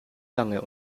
lange